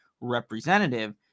representative